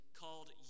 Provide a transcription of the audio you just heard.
called